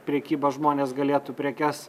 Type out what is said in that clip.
prekybą žmonės galėtų prekes